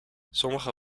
sommige